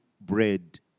bread